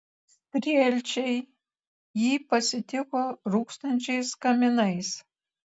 strielčiai jį pasitiko rūkstančiais kaminais